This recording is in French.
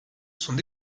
son